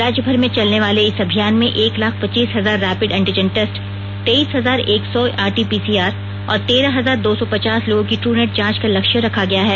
राज्यभर में चलने वाले इस अभियान में एक लाख पच्चीस हजार रैपिड एंटीजन टेस्ट तेईस हजार एक सौ आरटीपीसीआर और तेरह हजार दो सौ पचास लोगों की टूनेट जांच का लक्ष्य रखा गया है